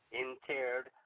interred